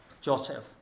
Joseph